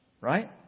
right